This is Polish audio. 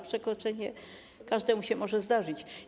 Przekroczenie każdemu się może zdarzyć.